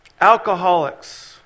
alcoholics